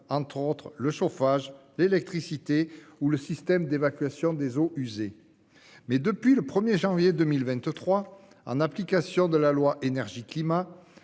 rendre habitable- le chauffage, l'électricité ou le système d'évacuation des eaux usées. Toutefois, depuis le 1 janvier 2023, en application de la loi Énergie et climat,